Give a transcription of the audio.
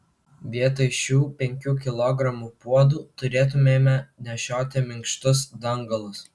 vietoj šių penkių kilogramų puodų turėtumėme nešioti minkštus dangalus